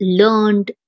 learned